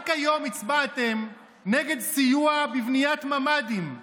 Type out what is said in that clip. רק היום הצבעתם נגד סיוע בבניית ממ"דים,